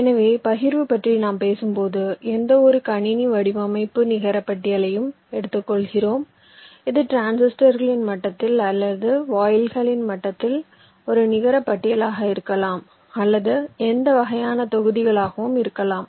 எனவே பகிர்வு பற்றி நாம் பேசும்போது எந்தவொரு கணினி வடிவமைப்பு நிகரபட்டியலையும் எடுத்துக்கொள்கிறோம் இது டிரான்சிஸ்டர்களின் மட்டத்தில் அல்லது வாயில்களின் மட்டத்தில் ஒரு நிகரபட்டியலாக இருக்கலாம் அல்லது எந்த வகையான தொகுதிகள் ஆகவும் இருக்கலாம்